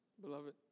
beloved